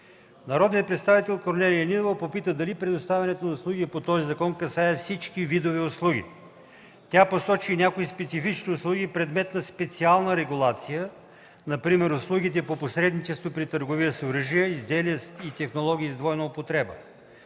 Народният представител Корнелия Нинова попита дали предоставянето на услуги по този закон касае всички видове услуги. Тя посочи някои специфични услуги, предмет на специална регулация, например услугите по посредничество при търговията с оръжия, изделия и технологии с двойна употреба.